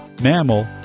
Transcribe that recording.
mammal